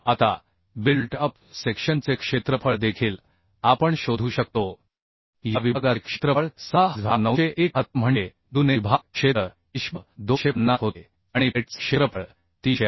आता built up सेक्शनचे क्षेत्रफळ देखील आपण शोधू शकतो या विभागाचे क्षेत्रफळ 6971 म्हणजे जुने विभाग क्षेत्र ISHB 250 होते आणि प्लेटचे क्षेत्रफळ 300 आहे